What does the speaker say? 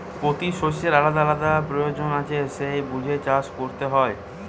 পোতি শষ্যের আলাদা আলাদা পয়োজন আছে সেই বুঝে চাষ কোরতে হয়